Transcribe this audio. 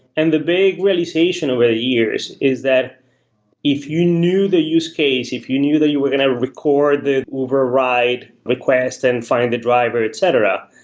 and the big realization over the years is that if you knew the use case, if you knew that you were going to record the uber ah ride request and find the driver, etc,